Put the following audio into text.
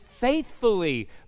faithfully